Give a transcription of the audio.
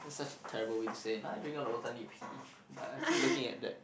such a terrible way to say now I drink all the water I need to pee but I keep looking at that